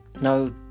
no